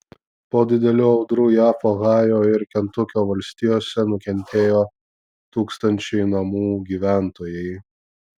po didelių audrų jav ohajo ir kentukio valstijose nukentėjo tūkstančiai namų gyventojai